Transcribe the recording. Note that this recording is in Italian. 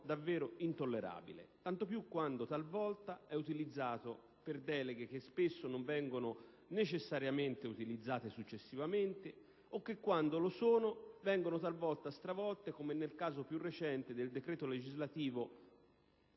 davvero intollerabile, tanto più quando talvolta è utilizzato per deleghe che spesso non vengono necessariamente utilizzate successivamente o che, quando lo sono, vengono talvolta stravolte, come nel caso più recente del decreto legislativo